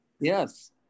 Yes